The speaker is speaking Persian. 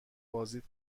بازدید